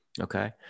Okay